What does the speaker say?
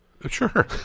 Sure